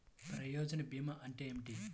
ప్రయోజన భీమా అంటే ఏమిటి?